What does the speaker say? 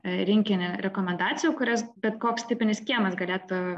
rinkinį rekomendacijų kurias bet koks tipinis kiemas galėtų